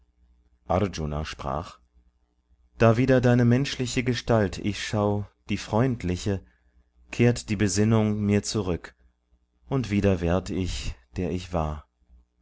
arjuna sprach da wieder deine menschliche gestalt ich schau die freundliche kehrt die besinnung mir zurück und wieder werd ich der ich war